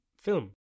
film